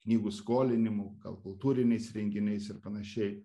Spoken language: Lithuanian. knygų skolinimu gal kultūriniais renginiais ir panašiai